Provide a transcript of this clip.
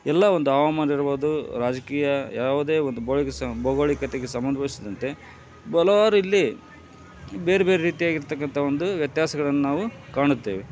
ಎಲ್ಲ ಒಂದು ಹವಾಮಾನ ಇರ್ಬೋದು ರಾಜಕೀಯ ಯಾವುದೇ ಒಂದು ಭೌಗೋಳಿಕತೆಗೆ ಸಂಬಂಧಿಸಿದಂತೆ ಬೊಲೊವಾರ್ ಇಲ್ಲಿ ಬೇರೆ ಬೇರೆ ರೀತಿಯಾಗಿ ಇರ್ತಕ್ಕಂಥ ಒಂದು ವ್ಯತ್ಯಾಸಗಳನ್ನ ನಾವು ಕಾಣುತ್ತೇವೆ